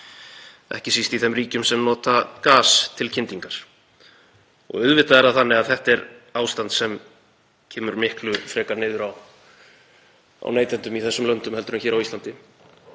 ekki síst í þeim ríkjum sem nota gas til kyndingar. Auðvitað er þetta ástand sem kemur miklu frekar niður á neytendum í þessum löndum heldur en á Íslandi.